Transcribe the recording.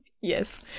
Yes